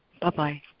Bye-bye